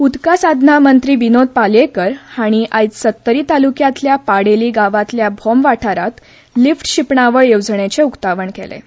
उदका साधना मंत्री विनोद पालयेंकार हांणी आयज सत्तरी तालूक्यांतल्या पाडेली गांवांतल्या भाम वाठारांत लिफ्ट शिंपणावळ येवजणेचे उकतावण केलें